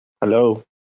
Hello